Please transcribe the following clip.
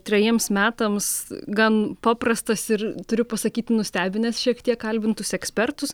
trejiems metams gan paprastas ir turiu pasakyt nustebinęs šiek tiek kalbintus ekspertus